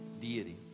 deity